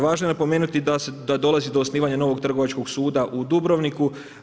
Važno je napomenuti da dolazi do osnivanja novog Trgovačkog suda u Dubrovniku.